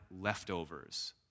leftovers